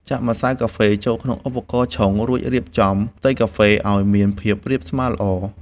ចាក់ម្សៅកាហ្វេចូលក្នុងឧបករណ៍ឆុង រួចរៀបចំផ្ទៃកាហ្វេឱ្យមានភាពរាបស្មើល្អ។